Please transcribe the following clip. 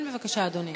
כן, בבקשה, אדוני.